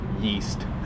Yeast